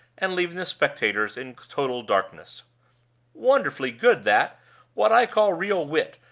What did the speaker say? and leaving the spectators in total darkness wonderfully good, that what i call real wit,